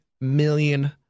million